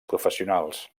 professionals